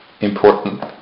important